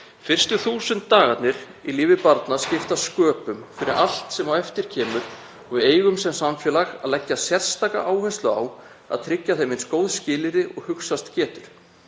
Fyrstu 1000 dagarnir í lífi barna skipta sköpum fyrir allt sem á eftir kemur og við eigum sem samfélag að leggja sérstaka áherslu á að tryggja þeim eins góð skilyrði og hugsast getur.